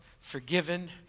forgiven